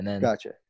Gotcha